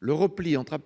Le repli entre